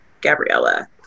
Gabriella